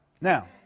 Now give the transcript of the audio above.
Now